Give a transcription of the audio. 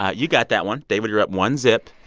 ah you got that one. david, you're up one zip.